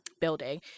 building